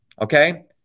Okay